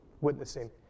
witnessing